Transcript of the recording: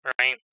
right